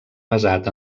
basat